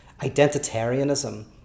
identitarianism